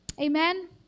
Amen